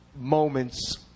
moments